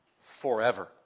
forever